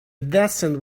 descent